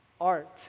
art